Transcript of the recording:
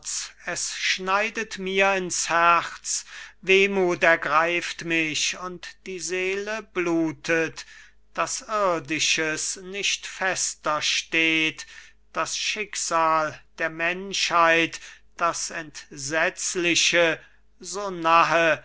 es schneidet mir ins herz wehmut ergreift mich und die seele blutet daß irdisches nicht fester steht das schicksal der menschheit das entsetzliche so nahe